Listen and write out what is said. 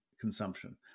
consumption